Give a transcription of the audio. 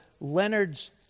Leonard's